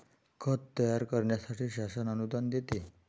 खत तयार करण्यासाठी शासन अनुदान देते